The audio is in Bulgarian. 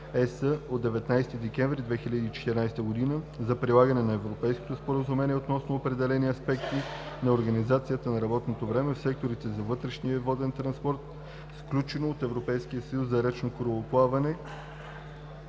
от 19 декември 2014 г. за прилагане на Европейското споразумение относно определени аспекти на организацията на работното време в сектора на вътрешния воден транспорт, сключено от Европейския съюз за речно корабоплаване